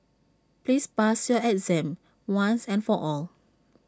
please pass your exam once and for all